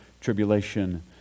tribulation